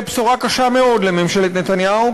בשורה קשה מאוד לממשלת נתניהו,